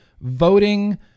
voting